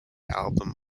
album